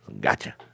Gotcha